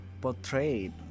portrayed